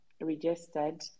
registered